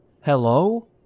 Hello